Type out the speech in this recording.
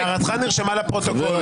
הערתך נרשמה לפרוטוקול.